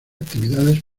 actividades